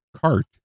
cart